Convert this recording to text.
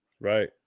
right